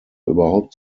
überhaupt